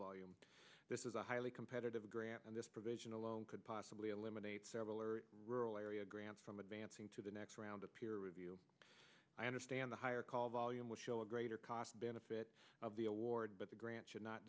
the this is a highly competitive grant and this provision alone could possibly eliminate several or rural area grants from advancing to the next round of peer review i understand the higher call volume will show a greater cost benefit of the award but the gran